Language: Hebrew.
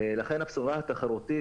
לכן הבשורה התחרותית